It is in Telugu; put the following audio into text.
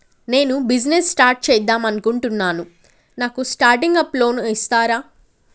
నేను బిజినెస్ స్టార్ట్ చేద్దామనుకుంటున్నాను నాకు స్టార్టింగ్ అప్ లోన్ ఇస్తారా?